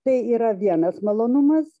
tai yra vienas malonumas